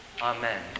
Amen